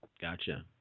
gotcha